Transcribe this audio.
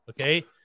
okay